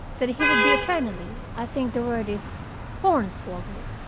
that he would be eternally i think the word is hornswoggled.